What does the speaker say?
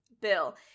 Bill